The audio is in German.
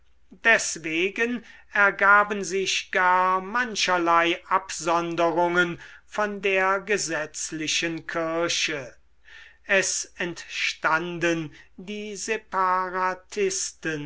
deswegen ergaben sich gar mancherlei absonderungen von der gesetzlichen kirche es entstanden die